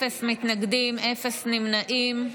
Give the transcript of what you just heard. אפס מתנגדים, אפס נמנעים.